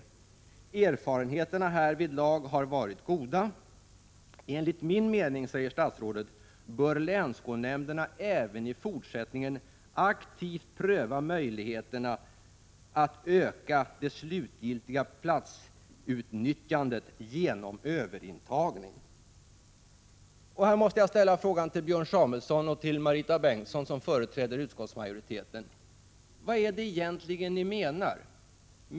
Erfarenheterna härav har ——— varit goda. Enligt min mening, bör länsskolnämnderna även i fortsättningen aktivt pröva möjligheterna att öka det slutliga platsutnyttjandet genom överintagning.” Jag måste ställa en fråga till Björn Samuelson och Marita Bengtsson, som företräder utskottsmajoriteten. Vad är det egentligen ni menar?